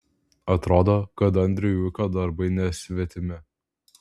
atrodo kad andriui ūkio darbai nesvetimi